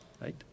Right